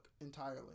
entirely